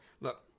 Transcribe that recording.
Look